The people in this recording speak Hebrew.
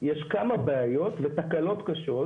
יש כמה בעיות ותקלות קשות